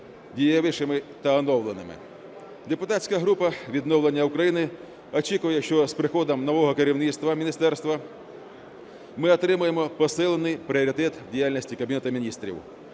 дієвішими та оновленими. Депутатська група "Відновлення України" очікує, що з приходом нового керівництва міністерства ми отримаємо посилений пріоритет в діяльності Кабінету Міністрів.